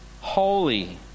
holy